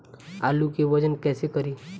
आलू के वजन कैसे करी?